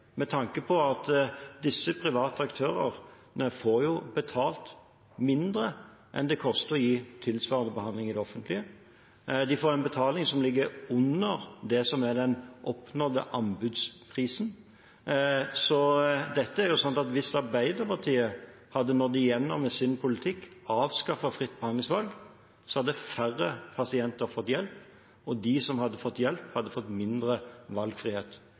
med tanke på at disse private aktørene får betalt mindre enn det koster å gi tilsvarende behandling i det offentlige. De får en betaling som ligger under det som er den oppnådde anbudsprisen. Hvis Arbeiderpartiet hadde nådd gjennom med sin politikk, avskaffet fritt behandlingsvalg, hadde færre pasienter fått hjelp, og de som hadde fått hjelp, hadde fått mindre valgfrihet.